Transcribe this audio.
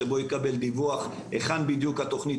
שבו הוא יקבל דיווח היכן בדיוק התוכנית